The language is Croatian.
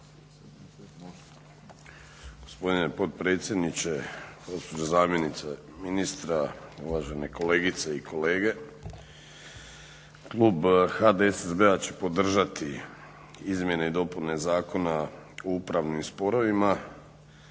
Gospodine potpredsjedniče, gospođo zamjenice ministra, uvažene kolegice i kolege. Klub HDSSB-a će podržati izmjene i dopune Zakona o upravnim sporovima,